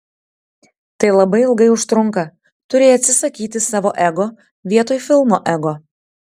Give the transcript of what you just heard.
tai labai ilgai užtrunka turi atsisakyti savo ego vietoj filmo ego